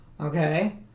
okay